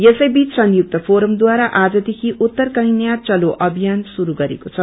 यसैबीच संयुक्त फोरमढारा आज देखि उत्तर कन्या चलो अभियान श्रुरू गरेको छ